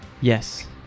Yes